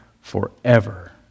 forever